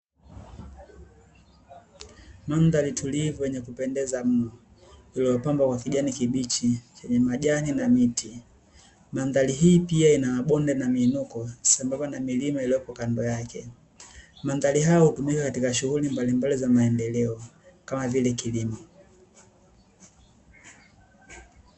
Mandhari tulivu yenye kupendeza mno, iliyopambwa kwa kijani kibichi chenye majani na miti. Mandhari hii pia ina bonde na miinuko sambamba na milima iliyopo kando yake. Mandhari hayo hutumika katika shughuli mbalimbali za maendeleo, kama vile kilimo.